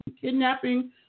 kidnapping